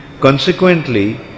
Consequently